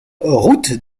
route